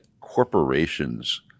corporations